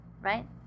right